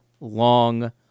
long